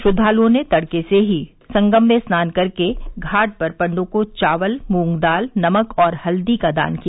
श्रद्वालुओं ने तड़के से ही संगम में स्नान कर के घाट पर पंडों को चावल मूंग दाल नमक और हल्दी का दान किया